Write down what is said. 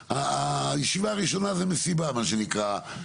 הישיבה הראשונה זה מסיבה מה שנקרא,